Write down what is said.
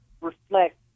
reflect